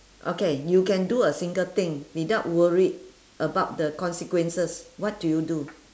okay you can do a single thing without worried about the consequences what do you do